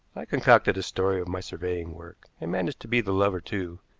i concocted a story of my surveying work, and managed to be the lover too.